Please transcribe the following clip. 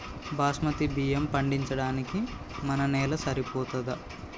బాస్మతి బియ్యం పండించడానికి మన నేల సరిపోతదా?